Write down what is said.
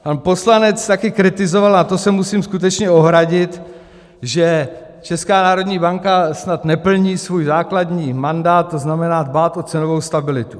Pan poslanec taky kritizoval a to se musím skutečně ohradit že Česká národní banka snad neplní svůj základní mandát, to znamená dbát o cenovou stabilitu.